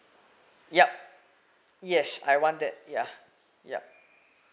yup yes I want that ya yup